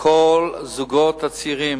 כל הזוגות הצעירים.